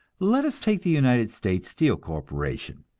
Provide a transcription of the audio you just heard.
let us take the united states steel corporation.